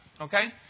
Okay